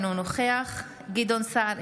אינו נוכח גדעון סער,